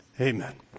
Amen